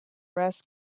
brass